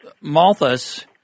Malthus